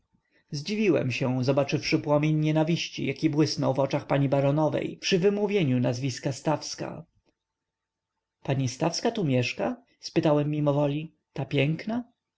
zdziwiłem się zobaczywszy płomień nienawiści jaki błysnął w oczach pani baronowej przy wymówieniu nazwy stawska pani stawska tu mieszka spytałem mimowoli ta piękna